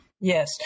Yes